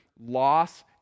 loss